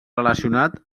relacionat